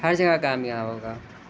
ہر جگہ کامیاب ہوگا